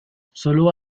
solo